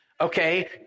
Okay